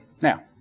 now